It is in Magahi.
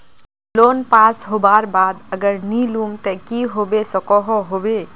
लोन पास होबार बाद अगर नी लुम ते की होबे सकोहो होबे?